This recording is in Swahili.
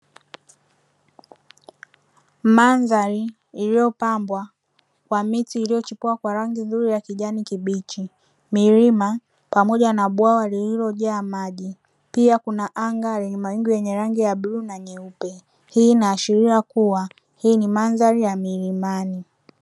Mandhari iliyopambwa kwa miti iliyochipua kwa rangi nzuri ya kijani kibichi milima pamoja na bwawa lililojaa maji, pia kuna anga lina mawingu yenye rangi ya bluu na nyeupe hii inaashiria kuwa hii ni mandhari ya milimani.